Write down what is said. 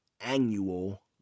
annual